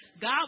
God